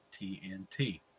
TNT